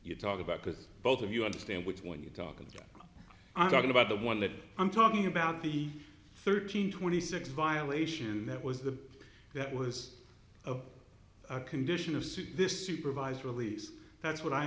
you talk about because both of you understand which one you're talking i'm talking about the one that i'm talking about the thirteen twenty six violation that was the that was a condition of see this supervised release that's what i